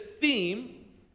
theme